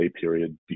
period